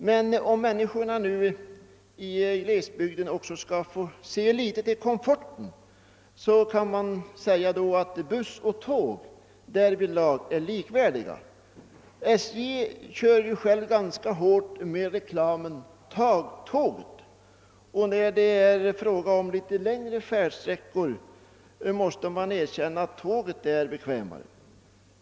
Men om människorna i glesbygden också skall få se litet till komforten, kan man då säga att buss och tåg därvidlag är likvärdiga? SJ kör ganska hårt med reklamfrasen »Ta tåget!», och när det är fråga om litet längre färdsträckor måste man erkänna att tåget är bekvämare.